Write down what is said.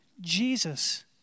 Jesus